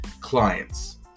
clients